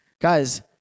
Guys